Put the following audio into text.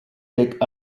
pick